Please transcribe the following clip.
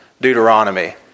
Deuteronomy